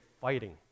fighting